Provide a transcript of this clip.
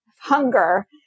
hunger